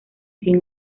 sin